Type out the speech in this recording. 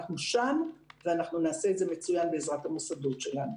אנחנו שם ואנחנו נעשה את זה מצוין בעזרת המוסדות שלנו.